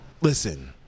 Listen